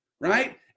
right